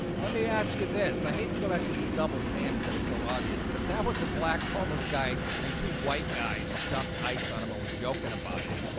let me ask you this. i hate to go back to these double standards that are so obvious but if that was a black homeless guy and two white guys dumped ice on him. i ah was joking about it